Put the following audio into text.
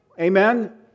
Amen